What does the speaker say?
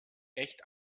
echt